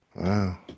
Wow